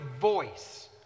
voice